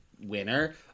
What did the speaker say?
winner